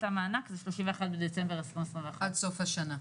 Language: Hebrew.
המענק זה 31 בדצמבר 2021. עד סוף השנה.